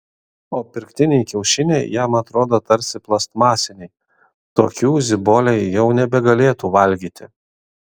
o pirktiniai kiaušiniai jam atrodo tarsi plastmasiniai tokių ziboliai jau nebegalėtų valgyti